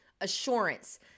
assurance